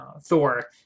Thor